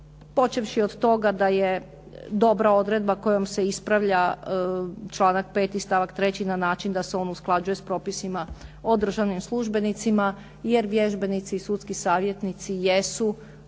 počeviši od toga da je dobra odredba kojom se ispravlja članak 5. stavak 3. na način da se on usklađuje sa propisima o državnim službenicima jer vježbenici i sudski savjetnici jesu do